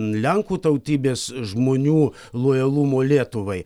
lenkų tautybės žmonių lojalumo lietuvai